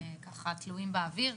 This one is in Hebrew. ככה תלויים באוויר.